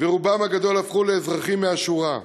ורובם הגדול הפכו לאזרחים מהשורה.